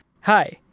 Hi